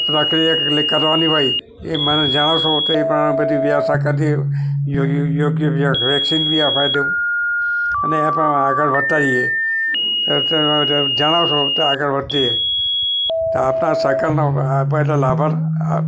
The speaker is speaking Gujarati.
પ્રક્રિયા એટલે કરવાની હોય એ મને જણાવશો તો એ પ્રમાણે બધી વ્યવસ્થા કરી યોગ્ય વેક્સિન બી અપાવી દઉં અને એ પ્રમાણે આગળ વધતા હોઈએ જણાવશો તો આગળ વધીએ આપ આ સહાય કરજો એટલો આ લાભ